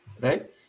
Right